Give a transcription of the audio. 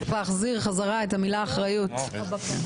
צריך להחזיר חזרה את המילה אחריות ללקסיקון.